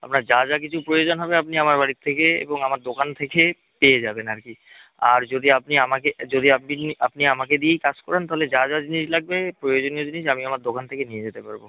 আপনার যা যা কিছু প্রয়োজন হবে আপনি আমার বাড়ির থেকে এবং আমার দোকান থেকে পেয়ে যাবেন আর কি আর যদি আপনি আমাকে যদি আপনি আপনি আমাকে দিয়েই কাজ করান তাহলে যা যা জিনিস লাগবে প্রয়োজনীয় জিনিস আমি আমার দোকান থেকে নিয়ে যেতে পারব